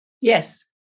Yes